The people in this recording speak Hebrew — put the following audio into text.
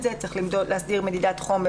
הן מדברות על